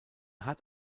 hat